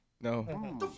no